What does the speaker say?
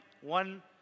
one